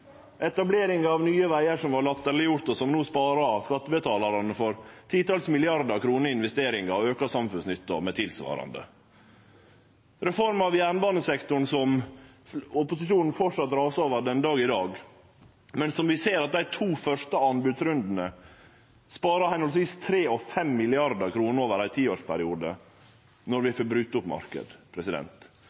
etableringa av Nye vegar, som vart latterleggjord, og som no sparer skattebetalarane for titals milliardar kroner i investeringar og auka samfunnsnytte for tilsvarande, reforma av jernbanesektoren, som opposisjonen rasar over den dag i dag, men som vi ser at vi med dei to første anbodsrundane sparar høvesvis 3 og 5 mrd. kr over ein tiårsperiode.